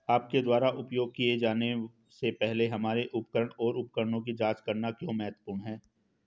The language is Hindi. आपके द्वारा उपयोग किए जाने से पहले हमारे उपकरण और उपकरणों की जांच करना क्यों महत्वपूर्ण है?